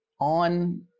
on